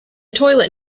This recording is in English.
toilet